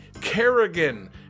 Kerrigan